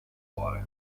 cuore